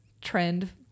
trend